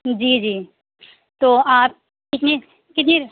جی جی تو آپ کتنی کتنی